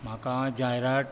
म्हाका जायरात